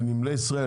נמלי ישראל,